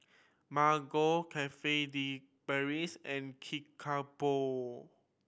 Margo Cafe De Paris and Kickapoo